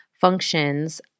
functions